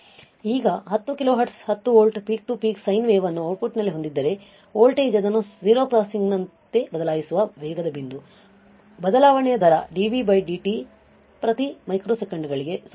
ಈಗ 10 kilohertz 10 volt peak to peak sine wave ಅನ್ನು ಔಟ್ಪುಟ್ನಲ್ಲಿ ಹೊಂದಿದ್ದರೆ ವೋಲ್ಟೇಜ್ ಅದನ್ನು 0 ಕ್ರಾಸಿಂಗ್ನಂತೆ ಬದಲಾಯಿಸುವ ವೇಗದ ಬಿಂದು ಬದಲಾವಣೆಯ ದರ dVdt ಪ್ರತಿ ಮೈಕ್ರೋಸೆಕೆಂಡ್ಗಳಿಗೆ 0